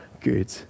good